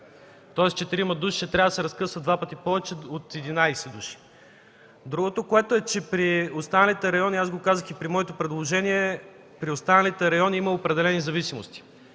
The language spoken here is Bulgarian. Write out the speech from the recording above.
Тоест четирима души трябва да се разкъсват два пъти повече от 11 души. Другото, което е. Аз казах и при моето предложение, при останалите райони има определени зависимости.